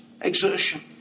Exertion